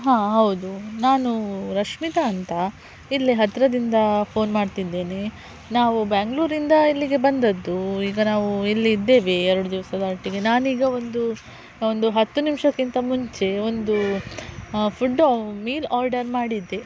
ಹಾಂ ಹೌದು ನಾನು ರಶ್ಮಿತಾ ಅಂತ ಇಲ್ಲೆ ಹತ್ತಿರದಿಂದ ಫೋನ್ ಮಾಡ್ತಿದ್ದೇನೆ ನಾವು ಬೆಂಗ್ಳೂರಿಂದ ಇಲ್ಲಿಗೆ ಬಂದದ್ದು ಈಗ ನಾವು ಇಲ್ಲಿದ್ದೇವೆ ಎರಡು ದಿವಸದಟ್ಟಿಗೆ ನಾನೀಗ ಒಂದು ಒಂದು ಹತ್ತು ನಿಮಿಷಕ್ಕಿಂತ ಮುಂಚೆ ಒಂದು ಫುಡ್ಡು ಮೀಲ್ ಆರ್ಡರ್ ಮಾಡಿದ್ದೆ